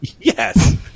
Yes